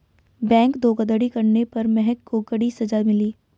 bank धोखाधड़ी करने पर महक को कड़ी सजा मिली